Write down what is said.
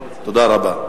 תודה רבה.